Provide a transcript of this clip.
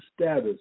status